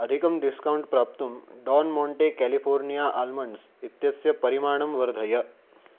अधिकं डिस्कौण्ट् प्राप्तुं डान्माण्टे केलिफ़ोर्निया आल्मण्ड्स् इत्यस्य परिमाणं वर्धय